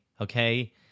okay